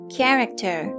Character